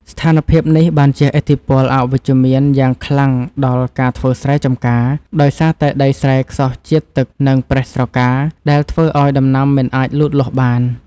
ស្ថានភាពនេះបានជះឥទ្ធិពលអវិជ្ជមានយ៉ាងខ្លាំងដល់ការធ្វើស្រែចម្ការ ដោយសារតែដីស្រែខ្សោះជាតិទឹក និងប្រេះស្រកា ដែលធ្វើឱ្យដំណាំមិនអាចលូតលាស់បាន។